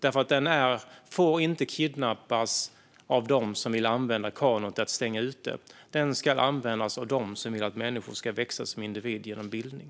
Den får inte kidnappas av dem som vill använda kanon till att stänga ute. Den ska användas av dem som vill att människor ska växa som individer genom bildning.